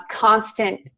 constant